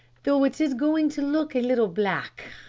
though it is going to look a little black.